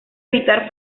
evitar